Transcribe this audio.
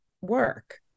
work